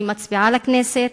אני מצביעה לכנסת,